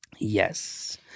Yes